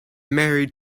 married